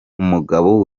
umugabo